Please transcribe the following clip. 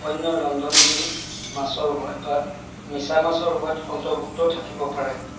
অন্য ৰন্ধনবিধিত মাছৰ সোৱাদ বা মিছামাছৰ সোৱাদ অন্তৰ্ভুক্ত থাকিব পাৰে